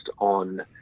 on